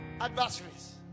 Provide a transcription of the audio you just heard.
adversaries